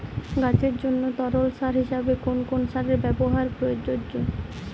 গাছের জন্য তরল সার হিসেবে কোন কোন সারের ব্যাবহার প্রযোজ্য?